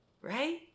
right